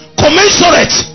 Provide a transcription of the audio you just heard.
commensurate